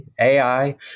AI